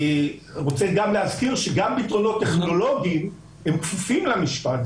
אני רוצה גם להזכיר שגם פתרונות טכנולוגיים כפופים למשפט.